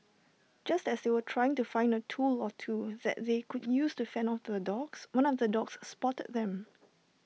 just as they were trying to find A tool or two that they could use to fend off the dogs one of the dogs spotted them